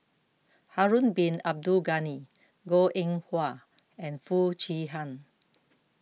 Harun Bin Abdul Ghani Goh Eng Wah and Foo Chee Han